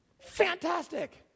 Fantastic